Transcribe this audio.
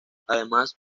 además